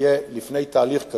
שיהיה לפני תהליך כזה,